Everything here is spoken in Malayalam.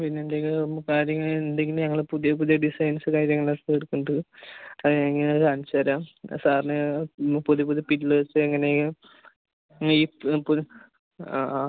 പിന്നെ എന്തെങ്കിലും നമുക്ക് കാര്യങ്ങൾ ഉണ്ടെങ്കിൽ ഞങ്ങള് പുതിയ പുതിയ ഡിസൈൻസ് കാര്യങ്ങളൊക്കെ തീർക്കുന്നുണ്ട് അതെങ്ങനെ അത് കാണിച്ച് തരാം സാറിനു പുതിയ പുതിയ പില്ലെഴ്സ് എങ്ങനെ പുതിയ ആ ആ